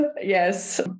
Yes